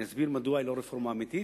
אני אסביר מדוע היא לא רפורמה אמיתית,